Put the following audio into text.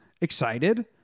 excited